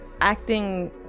acting